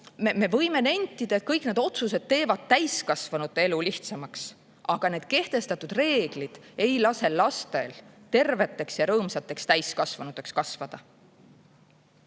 Me võime nentida, et kõik need otsused teevad täiskasvanute elu lihtsamaks, aga need kehtestatud reeglid ei lase lastel terveteks ja rõõmsateks täiskasvanuteks kasvada.